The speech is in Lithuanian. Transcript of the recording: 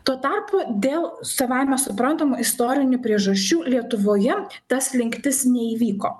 tuo tarpu dėl savaime suprantamų istorinių priežasčių lietuvoje ta slinktis neįvyko